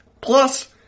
Plus